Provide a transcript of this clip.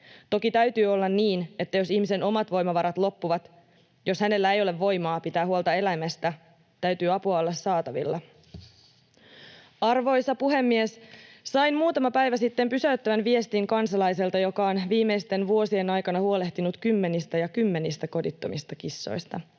Toki täytyy olla niin, että jos ihmisen omat voimavarat loppuvat, jos hänellä ei ole voimaa pitää huolta eläimestä, täytyy apua olla saatavilla. Arvoisa puhemies! Sain muutama päivä sitten pysäyttävän viestin kansalaiselta, joka on viimeisten vuosien aikana huolehtinut kymmenistä ja kymmenistä kodittomista kissoista.